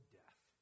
death